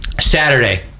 Saturday